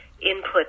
input